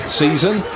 season